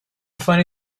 funny